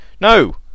No